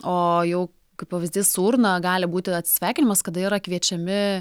o jau kaip pavyzdys su urna gali būti atsisveikinimas kada yra kviečiami